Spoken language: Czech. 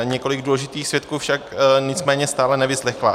Několik důležitých svědků však nicméně stále nevyslechla.